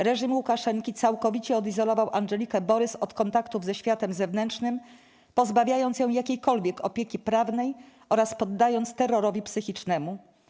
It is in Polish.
Reżim Łukaszenki całkowicie odizolował Andżelikę Borys od kontaktów ze światem zewnętrznym, pozbawiając ją jakiejkolwiek opieki prawnej oraz poddając terrorowi psychicznemu.